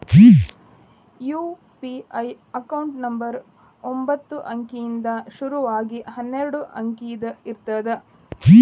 UPI account number ಒಂಬತ್ತ ಅಂಕಿಯಿಂದ್ ಶುರು ಆಗಿ ಹನ್ನೆರಡ ಅಂಕಿದ್ ಇರತ್ತ